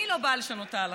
אני לא באה לשנות את ההלכה,